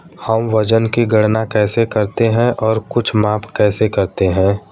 हम वजन की गणना कैसे करते हैं और कुछ माप कैसे करते हैं?